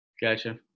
Gotcha